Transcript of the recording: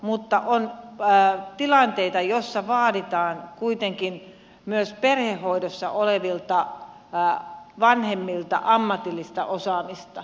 mutta on tilanteita joissa vaaditaan kuitenkin myös perhehoidossa olevilta vanhemmilta ammatillista osaamista